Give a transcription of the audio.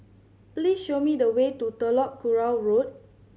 please show me the way to Telok Kurau Road